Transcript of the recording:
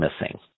missing